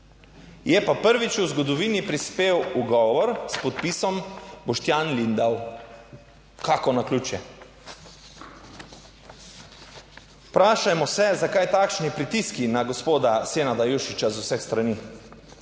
Je pa prvič v zgodovini prispel ugovor s podpisom Boštjan Lindav. Kako naključje? Vprašajmo se zakaj takšni pritiski na gospoda Senada Jušiča z vseh strani?